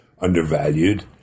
undervalued